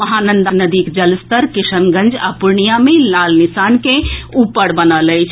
महानंदा नदीक जलस्तर किशनगंज आ पूर्णिया मे लाल निशान के ऊपर बनल अछि